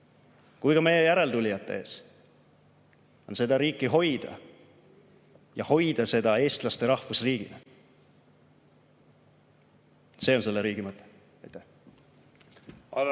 kui ka meie järeltulijate ees on seda riiki hoida ja hoida seda eestlaste rahvusriigina. See on selle riigi mõte.